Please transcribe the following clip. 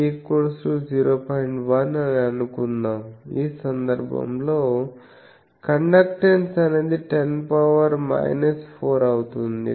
1 అని అనుకుందాం ఆ సందర్భంలో కండక్టెన్స్ అనేది 10 4 అవుతుంది